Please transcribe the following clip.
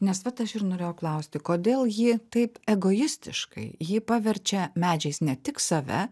nes vat aš ir norėjau klausti kodėl ji taip egoistiškai ji paverčia medžiais ne tik save